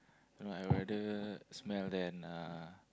you know I would rather smell than uh